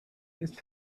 ist